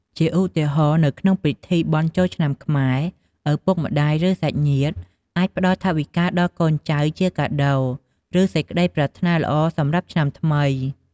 ជាឧទាហរណ៍ នៅក្នុងពិធី បុណ្យចូលឆ្នាំខ្មែរ ឪពុកម្ដាយ ឬសាច់ញាតិអាចផ្ដល់ ថវិកាដល់កូនចៅជាកាដូ ឬជាសេចក្ដីប្រាថ្នាល្អសម្រាប់ឆ្នាំថ្មី។